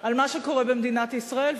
על מה שקורה במדינת ישראל,